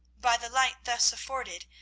by the light thus afforded,